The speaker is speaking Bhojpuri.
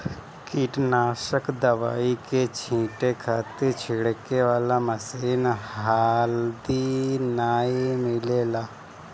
कीटनाशक दवाई के छींटे खातिर छिड़के वाला मशीन हाल्दी नाइ मिलेला